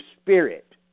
spirit